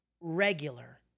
regular